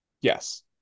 Yes